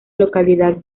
localidad